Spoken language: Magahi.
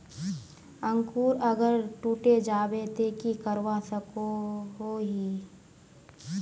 अंकूर अगर टूटे जाबे ते की करवा सकोहो ही?